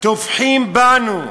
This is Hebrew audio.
טובחים בנו,